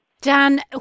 Dan